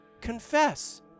confess